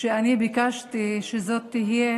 וברגע שהביאו את זה אנחנו ביקשנו שנקודות הזיכוי יהיו